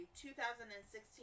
2016